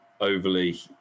overly